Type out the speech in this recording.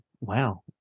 wow